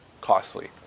costly